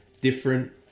different